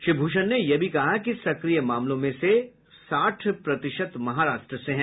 श्री भूषण ने यह भी कहा कि सक्रिय मामलों में से साठ प्रतिशत महाराष्ट्र से हैं